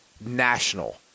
national